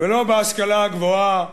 לא בהשכלה הגבוהה,